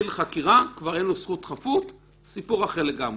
חקירה כבר אין לו זכות חפות וזה סיפור אחר לגמרי.